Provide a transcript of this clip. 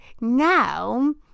now